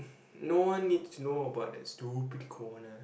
no one needs to know about that stupid corner